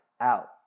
out